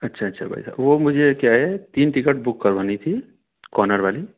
अच्छा अच्छा अच्छा भाई साहब वह मुझे क्या है तीन टिकट बुक करवानी थी कॉर्नर वाली